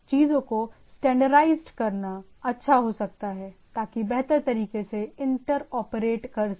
चीजों को स्टैंडर्डाइज्ड करना अच्छा हो सकता है ताकि बेहतर तरीके से इंटर ऑपरेट कर सकें